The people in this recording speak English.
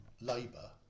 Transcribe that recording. Labour